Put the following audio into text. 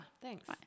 thanks